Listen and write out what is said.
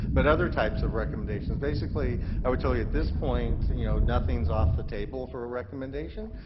but other types of recommendations. basically, i would tell you at this point and you know nothing is off the table for a recommendation.